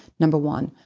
number one.